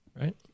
Right